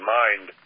mind